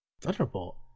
Thunderbolt